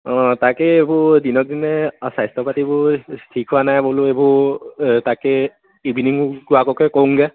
অঁ তাকেই এইবোৰ দিনক দিনে আৰু স্বাস্থ্য পাতিবোৰ ঠিক হোৱা নাই বোলো এইবোৰ তাকে ইভিননিং ৱাককে কৰোঁগৈ